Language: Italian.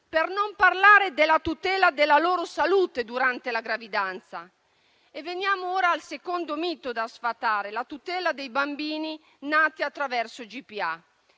Per non parlare della tutela della loro salute durante la gravidanza. Veniamo ora al secondo mito da sfatare: la tutela dei bambini nati attraverso GPA.